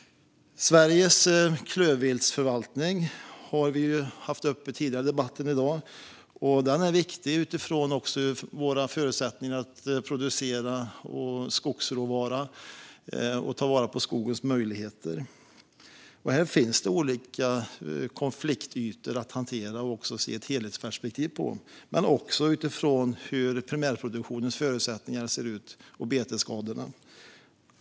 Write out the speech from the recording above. Sveriges klövviltsförvaltning har vi haft uppe tidigare i debatten i dag. Den är viktig utifrån våra förutsättningar att producera skogsråvara och ta vara på skogens möjligheter. Här finns olika konfliktytor att hantera och ett helhetsperspektiv att försöka se. Det handlar även om hur primärproduktionens förutsättningar ser ut och om betesskadorna.